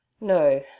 No